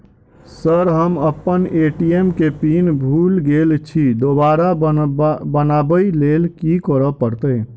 Sir हम अप्पन ATM केँ पिन भूल गेल छी दोबारा बनाबै लेल की करऽ परतै?